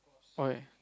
why